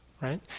right